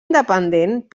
independent